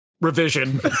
revision